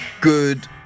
good